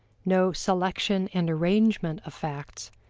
no selection and arrangement of facts,